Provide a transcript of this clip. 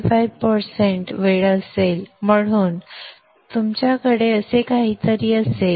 तर हे 75 टक्के वेळ असेल आणि म्हणून तुमच्याकडे असे काहीतरी असेल